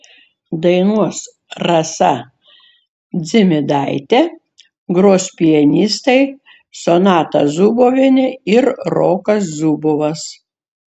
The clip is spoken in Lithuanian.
dainuos rasa dzimidaitė gros pianistai sonata zubovienė ir rokas zubovas